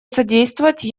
содействовать